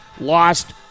lost